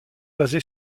basé